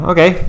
Okay